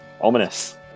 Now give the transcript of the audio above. Ominous